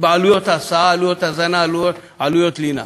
בעלויות הסעה, עלויות הזנה, עלויות לינה,